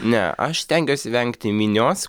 ne aš stengiuosi vengti minios